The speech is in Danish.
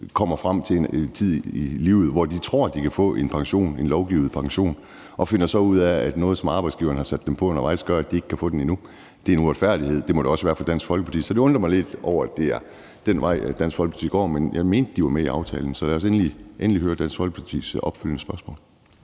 kommer frem til en tid i livet, hvor de tror de kan få en lovsikret pension, og så finder ud af, at noget, som arbejdsgiveren har sat dem på undervejs, gør, at de ikke kan få den endnu, er en uretfærdighed. Det må det også være for Dansk Folkeparti. Så det undrer mig lidt, at det er den vej, Dansk Folkeparti går. Men jeg mener, de er med i aftalen, så lad os endelig høre Dansk Folkepartis opfølgende spørgsmål.